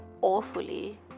awfully